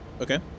Okay